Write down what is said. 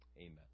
Amen